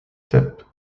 step